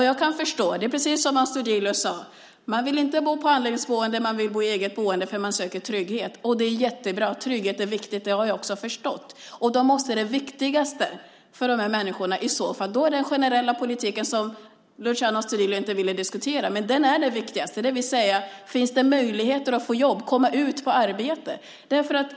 Jag kan förstå - det är precis som Astudillo sade: Man vill inte bo på anläggningsboende, utan man vill bo i eget boende, därför att man söker trygghet. Det är jättebra. Trygghet är viktigt. Det har jag också förstått. Då måste det viktigaste för de här människorna i så fall vara den generella politiken, som Luciano Astudillo inte ville diskutera. Men den är det vikigaste, det vill säga: Finns det möjligheter att få jobb, komma ut och få arbete?